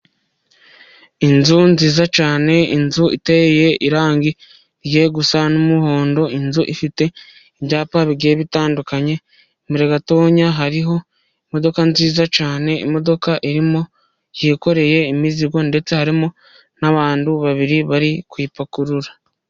Inzu nziza cyane, inzu iteye irangi rigiye gusa n'umuhondo, inzu ifite ibyapa bigiye bitandukanye . Imbere gatoya hariho imodoka nziza cyane, imodoka irimo yikoreye imizigo ndetse harimo n'abantu babiri bari kuyipakurura.